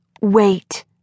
Wait